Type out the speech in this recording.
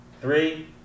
three